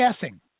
guessing